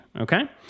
Okay